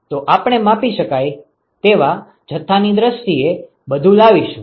તો આપણે માપી શકાય તેવા જથ્થાની દ્રષ્ટિએ બધું લાવીશું